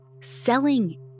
selling